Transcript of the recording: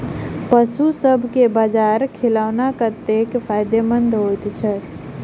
पशुसभ केँ बाजरा खिलानै कतेक फायदेमंद होइ छै?